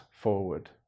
forward